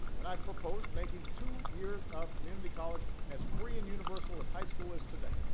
and i've proposed making two years of community college as free and universal as high school is today,